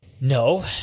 No